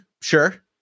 sure